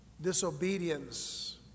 disobedience